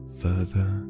further